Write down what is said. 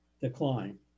decline